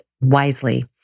wisely